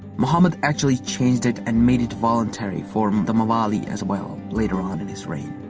muhammad actually changed it and made it voluntary for the mawali as well, later on in his reign.